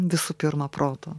visų pirma protą